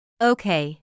Okay